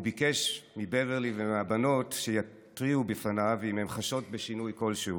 הוא ביקש מבברלי ומהבנות שיתריעו בפניו אם הן חשות בשינוי כלשהו.